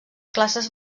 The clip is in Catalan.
classes